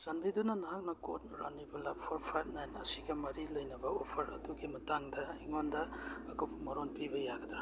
ꯆꯥꯟꯕꯤꯗꯨꯅ ꯅꯍꯥꯛꯅ ꯀꯣꯠ ꯔꯥꯅꯤꯕꯂꯥ ꯐꯣꯔ ꯐꯥꯏꯚ ꯅꯥꯏꯟ ꯑꯁꯤꯒ ꯃꯔꯤ ꯂꯩꯅꯕ ꯑꯣꯐꯔ ꯑꯗꯨꯒꯤ ꯃꯇꯥꯡꯗ ꯑꯩꯉꯣꯟꯗ ꯑꯀꯨꯞꯄ ꯃꯔꯣꯜ ꯄꯤꯕ ꯌꯥꯒꯗ꯭ꯔ